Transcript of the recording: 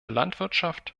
landwirtschaft